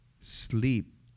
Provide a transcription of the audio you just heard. sleep